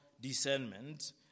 discernment